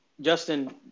Justin